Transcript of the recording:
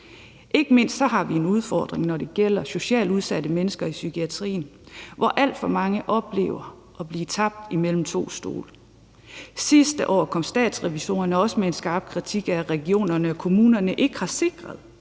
Ikke mindst har vi en udfordring, når det gælder socialt udsatte mennesker i psykiatrien, hvor alt for mange oplever at falde ned mellem to stole. Sidste år kom Statsrevisorerne også med en skarp kritik af, at kommunerne og regionerne ikke har sikret,